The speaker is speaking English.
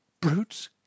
Brutes